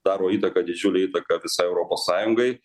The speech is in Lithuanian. daro įtaką didžiulę įtaką visai europos sąjungai